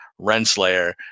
Renslayer